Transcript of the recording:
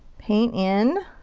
paint in.